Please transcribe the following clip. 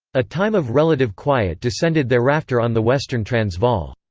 a time of relative quiet descended thereafter on the western transvaal.